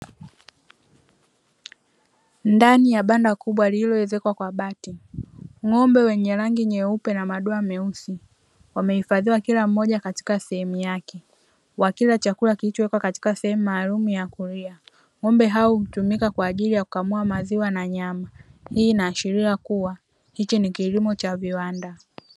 Ndani ya banda kubwa lililoezekwa kwa bati ng'ombe wenye rangi nyeupe na madoa meusi, wamehifadhiwa kila mmoja katika sehemu yake. Wakila chakula kilichowekwa katika sehemu maalumu ya kulia, ng'ombe hawa hutumika kwa ajili ya kukamua maziwa na nyama. Hii inaashiria kuwa hiki ni kilimo cha viwanda.